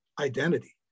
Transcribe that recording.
identity